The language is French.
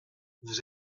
vous